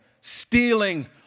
stealing